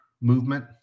movement